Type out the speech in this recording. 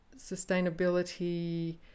sustainability